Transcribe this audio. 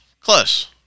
close